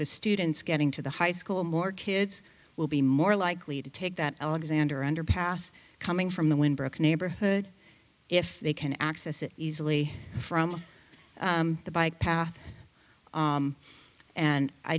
the students getting to the high school more kids will be more likely to take that alexander underpass coming from the windbreak neighborhood if they can access it easily from the bike path and i